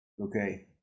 okay